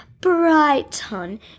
Brighton